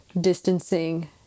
distancing